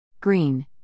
green